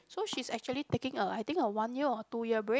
so she's actually taking a I think one year or two year break